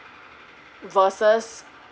versus um